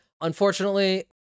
Unfortunately